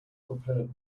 prepared